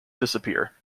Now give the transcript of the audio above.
disappear